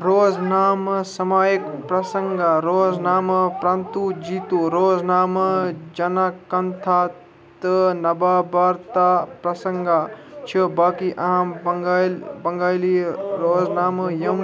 روزنامہٕ سٕمائک پرسنٛگا روزنامہٕ پرٛنٛتوجیٖتو روزنامہٕ جَنَکَنٛتھا تہٕ نبابارتا پرٛسنٛگا چھِ باقی اہَم بنٛگٲلۍ بنٛگٲلی روزنامہٕ یِم